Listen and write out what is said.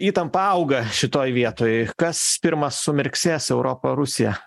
įtampa auga šitoje vietoj kas pirmas sumirksės europa rusija